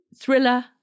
thriller